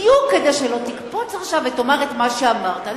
בדיוק כדי שלא תקפוץ עכשיו ותאמר את מה שאמרת.